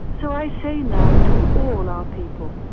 so i say now to all and our people,